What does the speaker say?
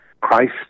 Christ